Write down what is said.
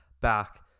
back